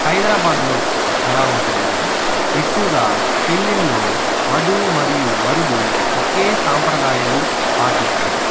హైదరాబాదులో ఎలా ఉంటుంది అంటే ఎక్కువగా పెళ్లిళ్లలో వధువు మరియు వరుడు ఒకే సంప్రదాయాలు పాటిస్తారు